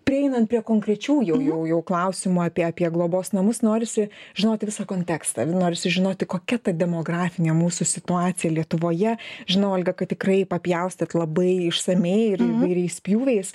prieinant prie konkrečių jau jau jau klausimų apie apie globos namus norisi žinoti visą kontekstą norisi žinoti kokia ta demografinė mūsų situacija lietuvoje žinau olga kad tikrai papjaustėt labai išsamiai ir įvairiais pjūviais